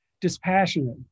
dispassionate